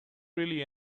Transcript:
really